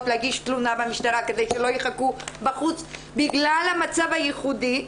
להגיש תלונה במשטרה כדי שלא יחכו בחוץ בגלל המצב הייחודי,